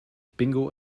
bingo